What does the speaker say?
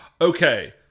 Okay